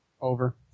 Over